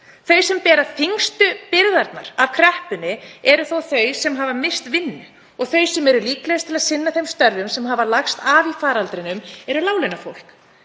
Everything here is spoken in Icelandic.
Þau sem bera þyngstu byrðarnar af kreppunni eru þó þau sem hafa misst vinnu og þau sem eru líklegust til að sinna þeim störfum sem hafa lagst af í faraldrinum eru láglaunafólk.